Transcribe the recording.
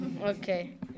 Okay